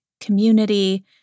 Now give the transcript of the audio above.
community